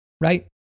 right